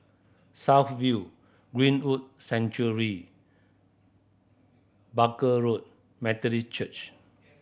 South View Greenwood Barker Road Methodist Church